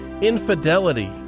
infidelity